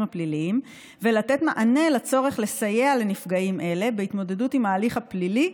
הפליליים ולתת מענה לצורך לסייע לנפגעים אלה בהתמודדות עם ההליך הפלילי,